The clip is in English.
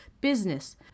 business